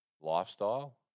lifestyle